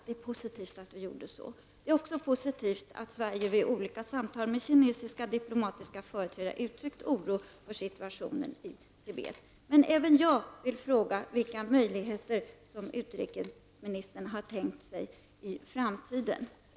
Det är positivt att vi gjorde så. Det är också positivt att Sverige vid olika samtal med kinesiska diplomatiska företrädare uttryckt oro för situationen i Tibet. Även jag vill dock fråga vilka möjligheter utrikesministern har tänkt sig i framtiden.